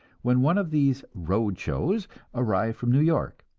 when one of these road shows arrived from new york,